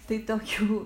tai tokių